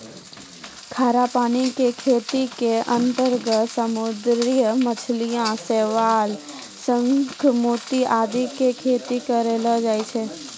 खारा पानी के खेती के अंतर्गत समुद्री मछली, शैवाल, शंख, मोती आदि के खेती करलो जाय छै